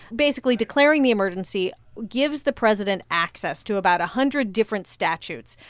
basically, declaring the emergency gives the president access to about a hundred different statutes.